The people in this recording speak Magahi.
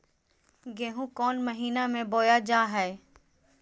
गेहूँ कौन महीना में बोया जा हाय?